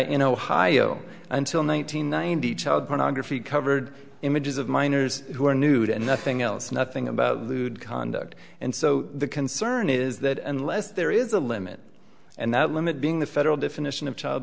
in ohio until one nine hundred ninety child pornography covered images of minors who were nude and nothing else nothing about lewd conduct and so the concern is that unless there is a limit and that limit being the federal definition of child